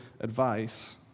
advice